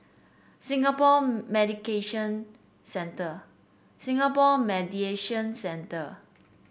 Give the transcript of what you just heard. Singapore Medication Centre Singapore Mediation Centre